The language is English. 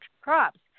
crops